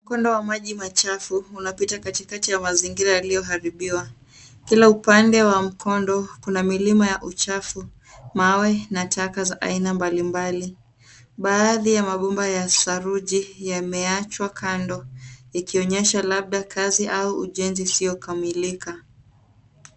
Mkondo wa maji machafu unapita katikati ya mazingira yaliyoharibiwa. Kila upande wa mkondo, kuna milima ya uchafu, mawe na taka za aina mbalimbali. Baadhi ya mabomba ya saruji yameachwa kando ikionyesha labda kazi au ujenzi usiokamilika.